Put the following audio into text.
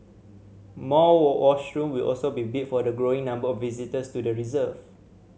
more washroom will also be built for the growing number of visitors to the reserve